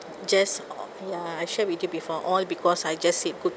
just ya I share with you before all because I just said good